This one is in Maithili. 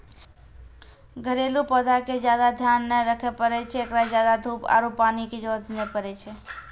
घरेलू पौधा के ज्यादा ध्यान नै रखे पड़ै छै, एकरा ज्यादा धूप आरु पानी के जरुरत नै पड़ै छै